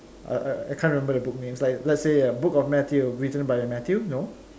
err I can't remember the book names let's say the book of Matthew written by Matthew no